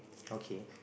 okay